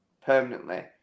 permanently